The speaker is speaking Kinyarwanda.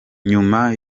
nyuma